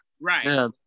Right